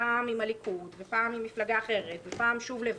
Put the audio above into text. ופעם עם הליכוד ופעם עם מפלגה אחרת ופעם שוב לבד,